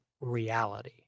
reality